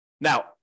Now